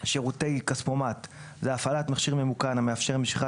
"שירותי כספומט הפעלת מכשיר ממוכן המאפשר משיכת